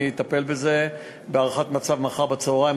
אני אטפל בזה בהערכת מצב מחר בצהריים.